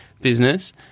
business